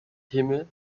himmel